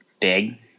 big